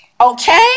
Okay